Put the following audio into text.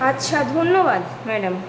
আচ্ছা ধন্যবাদ ম্যাডাম